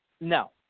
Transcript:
No